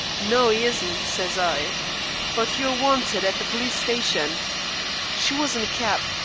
no, e isn't sez i but you're wanted at the polis station she was in a keb,